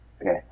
Okay